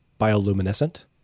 bioluminescent